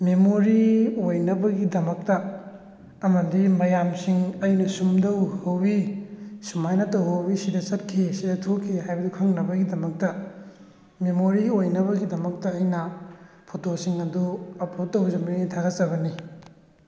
memory ꯑꯣꯏꯅꯕꯒꯤꯗꯃꯛꯇ ꯑꯃꯗꯤ ꯃꯌꯥꯝꯁꯤꯡ ꯑꯩꯅ ꯁꯨꯝꯗꯧ ꯍꯧꯋꯤ ꯁꯨꯝꯃꯥꯏꯅ ꯇꯧꯍꯧꯋꯤ ꯁꯤꯗ ꯆꯠꯈꯤ ꯁꯤꯗ ꯊꯣꯛꯈꯤ ꯍꯥꯏꯕꯗꯨ ꯈꯪꯅꯕꯒꯤꯗꯃꯛꯇ ꯃꯦꯃꯣꯔꯤ ꯑꯣꯏꯅꯕꯒꯤꯗꯃꯛꯇ ꯑꯩꯅ ꯐꯣꯇꯣꯁꯤꯡ ꯑꯗꯨ ꯑꯞꯂꯣꯗ ꯇꯧꯖꯕꯅꯤ ꯊꯥꯒꯠꯆꯕꯅꯤ